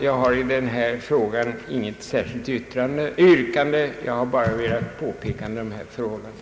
Jag har i den här frågan inget särskilt yrkande. Jag har bara velat peka på vissa förhållanden.